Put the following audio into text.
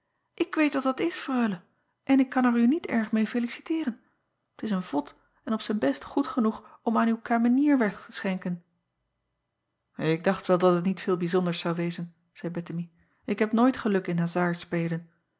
ik weet wat dat is reule en ik kan er u niet erg meê feliciteeren t s een vod en op zijn best goed genoeg om aan uw kamenier weg te schenken k dacht wel dat het niet veel bijzonders zou wezen zeî ettemie ik heb nooit geluk in hazardspelen